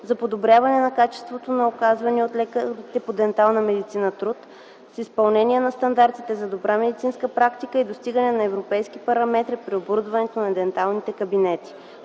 за подобряване на качеството на оказвания от лекарите по дентална медицина труд, с изпълнение на стандартите за добра медицинска практика и достигане на европейски параметри при оборудване на денталните кабинети.